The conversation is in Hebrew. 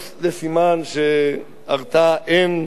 זה סימן שהרתעה אין,